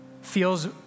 feels